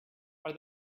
are